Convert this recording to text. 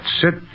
sit